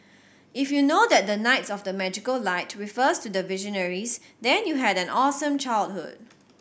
if you know that the knights of the magical light refers to the Visionaries then you had an awesome childhood